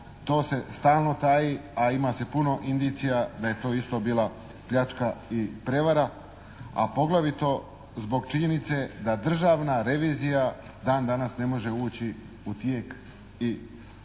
to se stalno taji, a ima se puno indicija da je to isto bila pljačka i prevara. A poglavito zbog činjenice da Državna revizija dan danas ne može ući u tijek i postupak